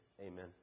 Amen